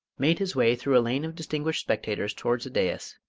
made his way through a lane of distinguished spectators towards a dais,